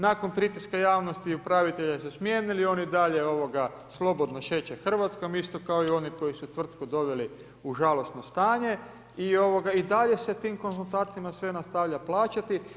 Nakon pritiska javnost upravitelja su smijenili, on i dalje slobodno šeće Hrvatskom, isto kao i oni koji su jučer tvrtku doveli u žalosno stanje i dalje sa tim konzultantima sve nastavlja plaćati.